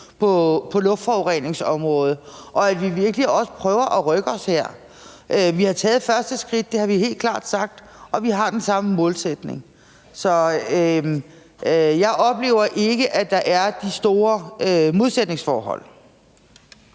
på luftforureningsområdet, og at vi virkelig også prøver at rykke os her. Vi har taget første skridt – det har vi helt klart sagt – og vi har den samme målsætning. Så jeg oplever ikke, at der er de store modsætningsforhold.